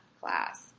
class